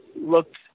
looked